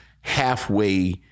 halfway